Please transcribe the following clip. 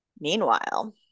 Meanwhile